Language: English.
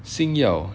星耀